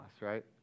right